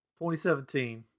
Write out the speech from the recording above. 2017